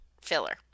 filler